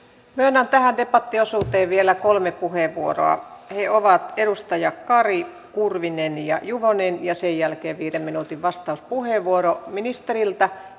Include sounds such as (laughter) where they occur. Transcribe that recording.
myönnän tähän debattiosuuteen vielä kolme puheenvuoroa he ovat edustaja kari kurvinen ja juvonen sen jälkeen viiden minuutin vastauspuheenvuoro ministeriltä (unintelligible)